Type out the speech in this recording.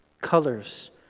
colors